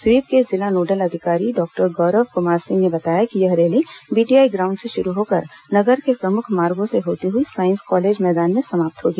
SVEEP के जिला nodal अधिकारी डॉक्टर गौरव कुमार सिंह ने बताया कि यह रैली बीटीआई ग्राउंड से शुरू होकर नगर के प्रमुख मार्गों से होती हुई साइंस कॉलेज मैदान में समाप्त होगी